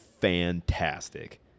fantastic